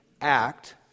act